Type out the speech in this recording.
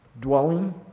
dwelling